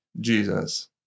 Jesus